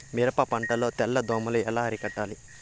మిరప పంట లో తెల్ల దోమలు ఎలా అరికట్టాలి?